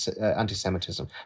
anti-Semitism